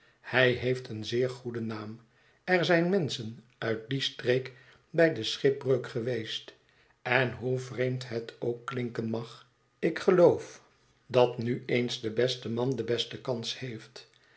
hij heeft een zeer goeden naam er zijn menschen uit die streek bij de schipbreuk geweest en hoe vreemd het ook klinken mag ik geloof dat nu eens de beste man de beste kans heeft